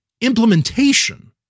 implementation